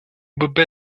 bebê